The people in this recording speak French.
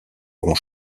auront